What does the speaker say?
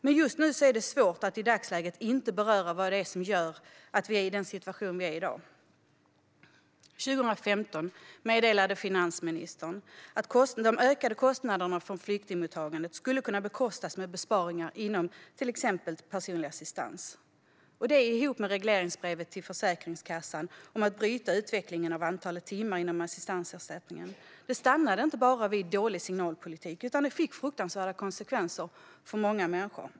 Men just nu är det svårt att inte beröra vad det är som gör att vi är i denna situation i dag. År 2015 meddelade finansministern att de ökade kostnaderna för flyktingmottagandet skulle kunna bekostas genom besparingar inom till exempel den personliga assistansen. Detta tillsammans med regleringsbrevet till Försäkringskassan om att bryta utvecklingen av antalet timmar inom assistansersättningen stannade inte bara vid dålig signalpolitik utan fick fruktansvärda konsekvenser för många människor.